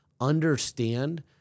understand